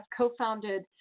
co-founded